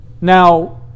Now